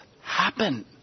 happen